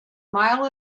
mile